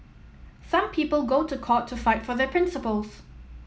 some people go to court to fight for their principles